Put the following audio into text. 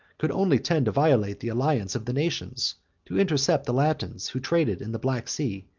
could only tend to violate the alliance of the nations to intercept the latins who traded in the black sea,